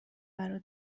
برا